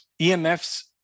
EMFs